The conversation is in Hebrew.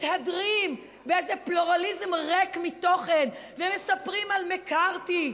ומתהדרים באיזה פלורליזם ריק מתוכן ומספרים על מקארתי,